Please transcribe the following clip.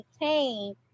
maintain